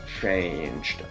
changed